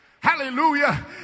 Hallelujah